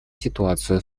ситуацию